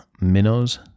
minnows